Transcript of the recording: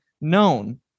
known